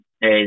Hey